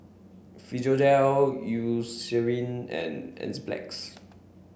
Physiogel Eucerin and Enzyplex